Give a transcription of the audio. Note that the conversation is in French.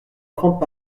enfant